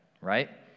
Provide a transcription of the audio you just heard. right